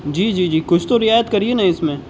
جی جی جی کچھ تو رعایت کریے نا اس میں